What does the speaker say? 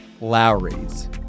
Lowry's